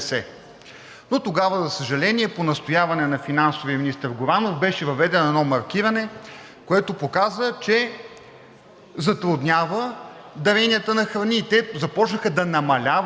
Тогава, за съжаление, по настояване на финансовия министър Горанов беше въведено едно маркиране, което показа, че затруднява даренията на храни, и те започнаха да намаляват